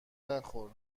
نخور